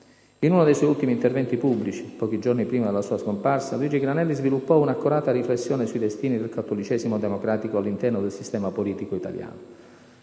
In uno dei suoi ultimi interventi pubblici, pochi giorni prima della sua scomparsa, Luigi Granelli sviluppò un'accorata riflessione sui destini del cattolicesimo democratico all'interno del sistema politico italiano.